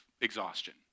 exhaustion